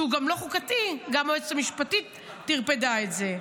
שהוא גם לא חוקתי, גם היועצת המשפטית טרפדה את זה.